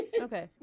Okay